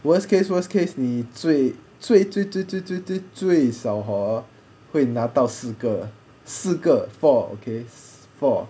worst case worst case 你最最最最最最最少 hor 会拿到四个四个 four okay four